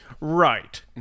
right